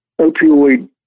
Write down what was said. opioid